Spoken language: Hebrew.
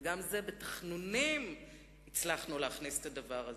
וגם זה, בתחנונים הצלחנו להכניס את הדבר הזה,